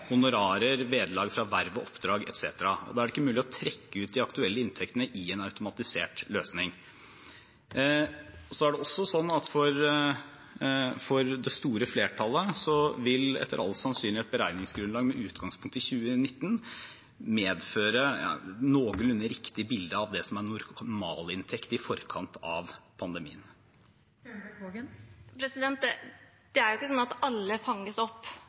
honorarer, vederlag fra verv og oppdrag etc. Da er det ikke mulig å trekke ut de aktuelle inntektene i en automatisert løsning. For det store flertallet vil etter all sannsynlighet et beregningsgrunnlag med utgangspunkt i 2019 medføre et noenlunde riktig bilde av normalinntekten i forkant av pandemien. Det er jo ikke sånn at alle fanges opp